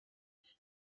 alexis